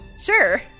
Sure